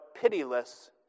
pitiless